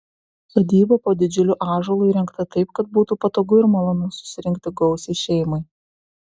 sodyba po didžiuliu ąžuolu įrengta taip kad būtų patogu ir malonu susirinkti gausiai šeimai